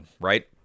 right